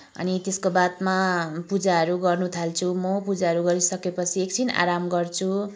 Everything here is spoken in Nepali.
अनि त्यसको बादमा पूजाहरू गर्न थाल्छु म पूजाहरू गरिसकेपछि एकछिन आराम गर्छु